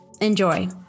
enjoy